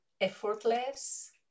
effortless